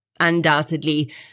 Undoubtedly